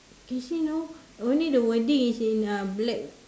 casino only the wording is in uh black